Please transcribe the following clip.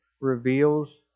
reveals